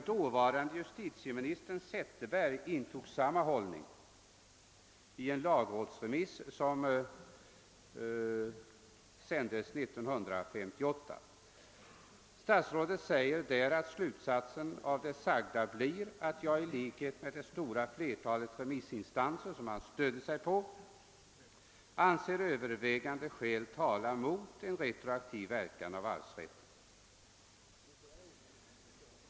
Dåvarande justitieminister Zetterberg intog samma hållning i en lagrådsremiss år 1958. Statsrådet sade där att han i likhet med det stora flertalet remissinstanser ansåg övervägande skäl tala mot en retroaktiv verkan av arvsrätten.